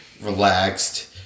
relaxed